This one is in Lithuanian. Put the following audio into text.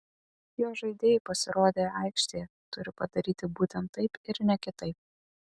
jo žaidėjai pasirodę aikštėje turi padaryti būtent taip ir ne kitaip